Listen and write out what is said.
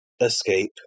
escape